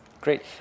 Great